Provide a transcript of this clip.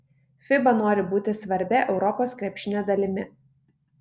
fiba nori būti svarbia europos krepšinio dalimi